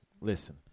listen